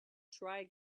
try